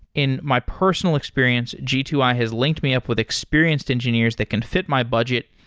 in my personal experience, g two i has linked me up with experienced engineers that can fit my budget,